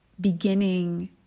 beginning